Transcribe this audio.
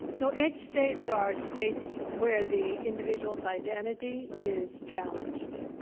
so edge states are states where the individual's identity is challenged.